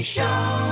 Show